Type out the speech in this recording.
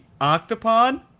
Octopod